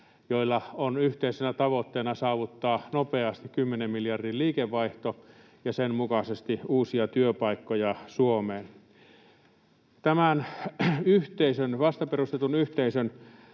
jolla on yhteisenä tavoitteena saavuttaa nopeasti 10 miljardin liikevaihto ja sen mukaisesti uusia työpaikkoja Suomeen. Tämän vasta perustetun yhteisön